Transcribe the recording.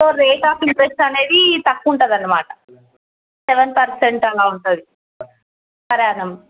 so rate of interest అనేది తక్కువ ఉంటుంది అన్నమాట సెవెన్ పర్సెంట్ అలా ఉంటుంది పర్ ఆనం